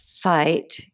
fight